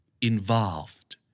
Involved